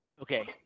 Okay